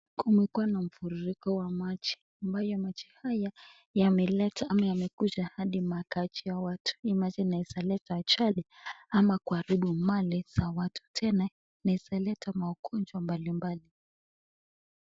Kumekua na mafuriko ya maji, ambayo maji haya yameleta ama yamekuja hadi makaaji ya hawa watu, hii maji inaweza leta ajali ama kuharibu mali za watu tena inaweza leta maugonjwa mbalimbali.